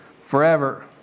forever